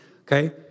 okay